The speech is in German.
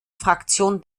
fraktion